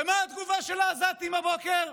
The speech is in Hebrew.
ומה התגובה של העזתים הבוקר?